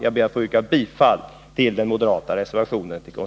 Jag yrkar bifall till den moderata reservationen.